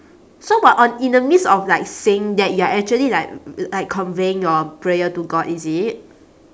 so what on in the midst of like saying that you're actually like like conveying your prayer to god is it